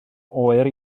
oer